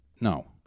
No